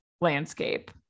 landscape